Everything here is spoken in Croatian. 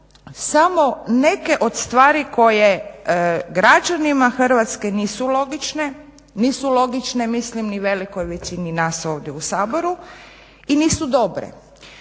samo neke od stvari koje građanima Hrvatske nisu logične, nisu logične mislim ni velikoj većini nas ovdje u Saboru, i nisu dobre.